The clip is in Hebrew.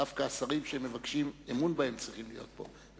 דווקא השרים שמבקשים אמון בהם צריכים להיות פה,